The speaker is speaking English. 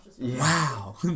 Wow